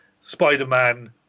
Spider-Man